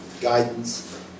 guidance